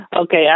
Okay